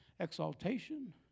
exaltation